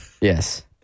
Yes